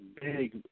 big